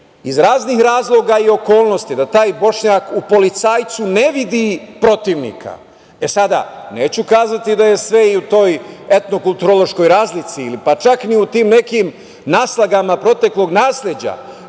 iz raznih razloga i okolnosti da taj Bošnjak u policajcu ne vidi protivnika.E, sada, neću kazati da je sve i u toj etno-kulturološkoj razlici, pa čak ni u tim nekim naslagama proteklog nasleđa,